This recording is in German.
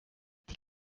die